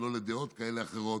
לא לדעות כאלה ואחרות.